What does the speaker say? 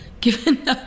given